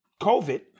COVID